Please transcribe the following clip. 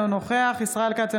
אינו נוכח ישראל כץ,